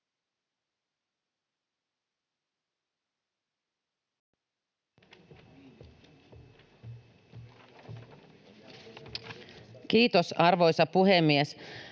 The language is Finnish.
Kiitos, arvoisa puhemies!